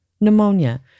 pneumonia